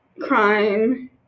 crime